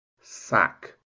sack